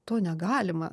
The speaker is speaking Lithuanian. to negalima